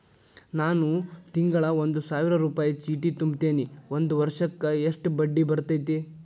ನಾನು ತಿಂಗಳಾ ಒಂದು ಸಾವಿರ ರೂಪಾಯಿ ಚೇಟಿ ತುಂಬತೇನಿ ಒಂದ್ ವರ್ಷಕ್ ಎಷ್ಟ ಬಡ್ಡಿ ಬರತೈತಿ?